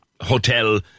hotel